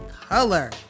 color